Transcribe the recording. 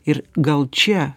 ir gal čia